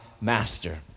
master